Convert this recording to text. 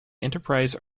enterprise